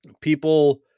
People